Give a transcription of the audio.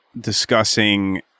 discussing